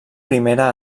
primera